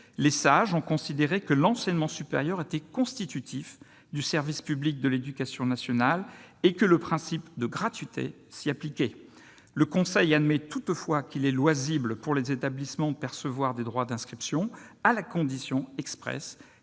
les Sages ont considéré que l'enseignement supérieur était constitutif du service public de l'éducation nationale et que le principe de gratuité s'y appliquait. Le Conseil constitutionnel admet toutefois qu'il est loisible aux établissements de percevoir des droits d'inscription, à la condition expresse